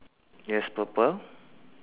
yes purple